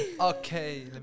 Okay